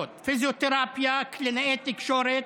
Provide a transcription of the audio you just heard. אני חושב,